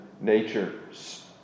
natures